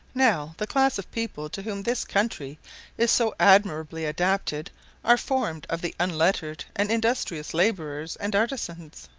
now, the class of people to whom this country is so admirably adapted are formed of the unlettered and industrious labourers and artisans.